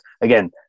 again